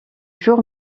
jour